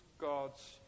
God's